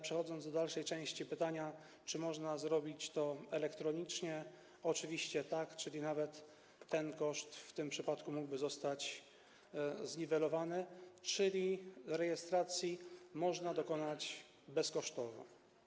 Przechodząc do dalszej części pytania, czy można zrobić to elektronicznie, odpowiadam: oczywiście tak, czyli ten koszt w tym przypadku mógłby zostać zniwelowany, czyli rejestracji można dokonać bezkosztowo.